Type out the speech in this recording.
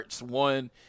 One